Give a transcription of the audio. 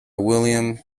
william